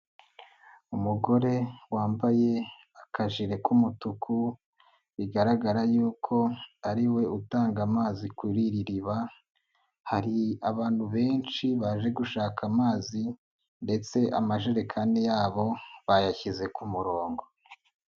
Umugore wambaye akajere k'umutuku bigaragara y'uko ariwe utanga amazi kuri iri riba hari abantu benshi baje gushaka amazi ndetse amajerekani yabo bayashyize ku murongo.